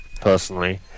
personally